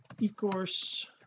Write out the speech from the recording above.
ecourse